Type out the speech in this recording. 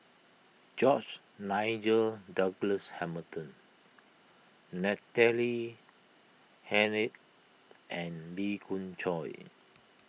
George Nigel Douglas Hamilton Natalie Hennedige and Lee Khoon Choy